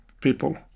people